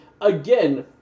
again